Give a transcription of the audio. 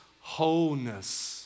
wholeness